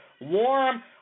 warm